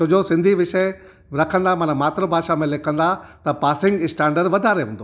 छोजो सिंधी विषय रखंदा माना मात्र भाषा में लिखंदा त पासिंग स्टैंडड वधारे हूंदो